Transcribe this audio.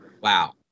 Wow